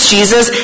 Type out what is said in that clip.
Jesus